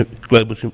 global